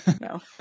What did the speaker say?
no